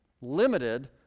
Limited